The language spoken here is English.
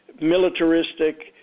militaristic